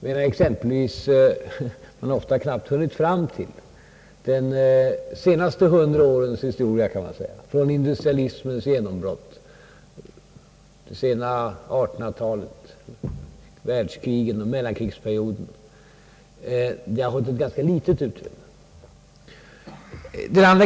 Man har ofta knappt hunnit fram till de senaste hundra årens historia — industrialismens genombrott, det sena 1800-talet, världskrigen och mellankrigsperioden har fått ett ganska litet utrymme.